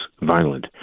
violent